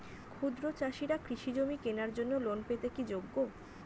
ক্ষুদ্র চাষিরা কৃষিজমি কেনার জন্য লোন পেতে কি যোগ্য?